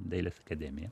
dailės akademiją